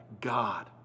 God